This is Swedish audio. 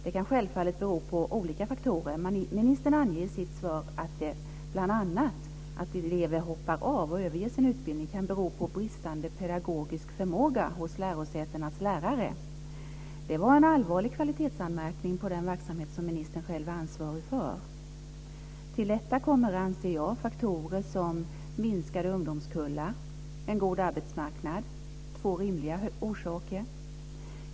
Det kan självfallet bero på olika faktorer, men ministern anger i sitt svar att anledningen till att elever hoppar av och överger sin utbildning kan vara bl.a. bristande pedagogisk förmåga hos lärosätenas lärare. Det är en allvarlig kvalitetsanmärkning på den verksamhet som ministern själv är ansvarig för. Till detta kommer faktorer såsom minskade ungdomskullar och en god arbetsmarknad, det är två rimliga orsaker.